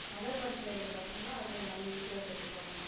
நகர்ப்புறத்தில் இருக்க பசங்கனால் அதெல்லாம் எல்லாமே ஈஸியாக கத்துப்பாங்கள்